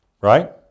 Right